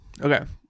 Okay